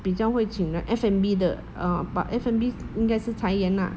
必将会请 right F&B 的 err but F&B 应该是裁员 lah